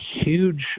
huge